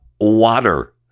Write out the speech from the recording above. water